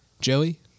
Joey